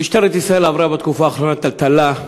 משטרת ישראל עברה בתקופה האחרונה טלטלה,